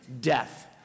Death